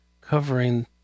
covering